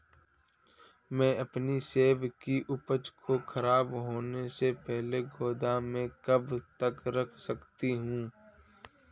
मैं अपनी सेब की उपज को ख़राब होने से पहले गोदाम में कब तक रख सकती हूँ?